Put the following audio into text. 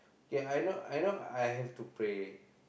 k I know I know I have to pray